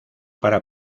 para